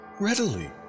Readily